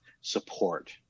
support